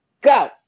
go